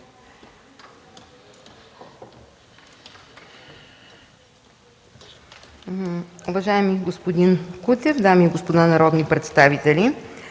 Уважаеми господин Кутев, дами и господа народни представители!